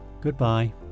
Goodbye